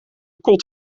kot